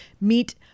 meet